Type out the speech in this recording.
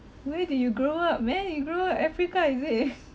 where did you grow up where did you grow up africa is it